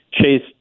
Chase